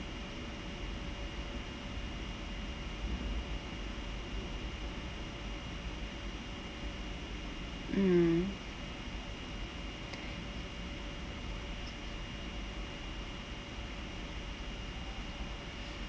mm